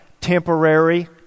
temporary